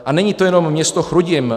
A není to jenom město Chrudim.